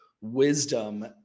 wisdom